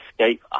Escape